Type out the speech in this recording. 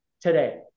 today